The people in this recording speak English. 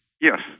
Yes